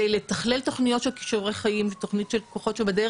לתכלל תוכניות של כישורי חיים ותוכנית של הכוחות שבדרך,